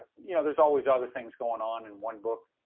you know, there's always other things going on in one book.